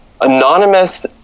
anonymous